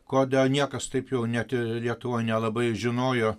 kol dar niekas taip jau net ir lietuvoj nelabai ir žinojo